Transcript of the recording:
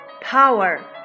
power